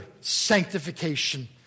sanctification